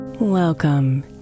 Welcome